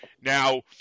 Now